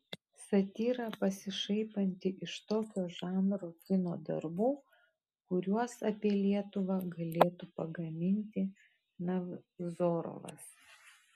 satyra pasišaipanti iš tokio žanro kino darbų kuriuos apie lietuvą galėtų pagaminti nevzorovas